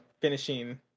finishing